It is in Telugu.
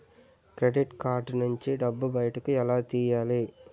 క్రెడిట్ కార్డ్ నుంచి డబ్బు బయటకు ఎలా తెయ్యలి?